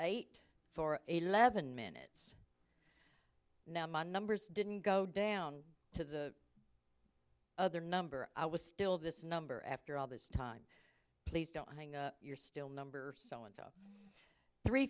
eight for a levon minutes now my numbers didn't go down to the other number i was still this number after all this time please don't think you're still number so in three